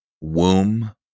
womb